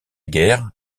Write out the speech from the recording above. guerre